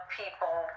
people